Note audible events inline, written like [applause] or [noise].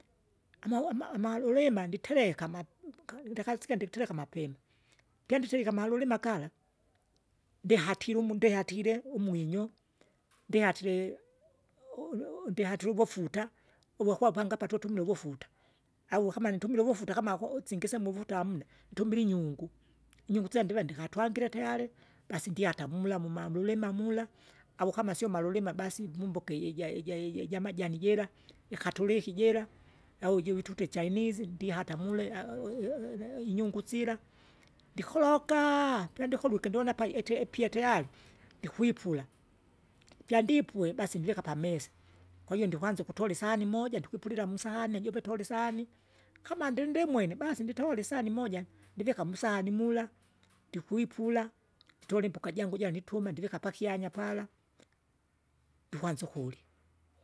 Amawa- ama- amalulima nditereka ama bumuka ndakasike nditereka mapema, pyanditerike amalulima gala, ndihatire umu ndihatire umwinyo, ndihatire [unintelligible] undihatire uvufuta, uwakwapanga apa tutumile uvufuta, au ukama nitumile nitumile uvufuta nikama, kama ko usingisye muvuta amud, ntumile inyungu. Inyungu sila ndiva ndikatwangile tayare, basi ndyata mula muma mlulima au kama sio malulima basi mumboka ija- ija- ijamajani jira, ikatuliki jira, au jivi tute ichainizi ndihata mule [unintelligible] inyungu sila, ndikoloka, pyandikolwike ndiwona apa ite ipyete tayari ndikwipula, pyandipue basi ndivika pamesa [noise] kwahiyo ndikwanza ukutula isahani moja, ndikwipulila musahani jive tora isahani isahan, kama ndindimwenebasi nditola isahani moja ndivika musahani mula [noise] ndikwipula, nditola imboka jangu nituma ndivika pakyanya pala. Ndikwanza ukulya. [noise]